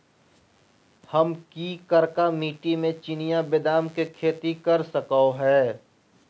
हम की करका मिट्टी में चिनिया बेदाम के खेती कर सको है?